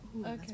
okay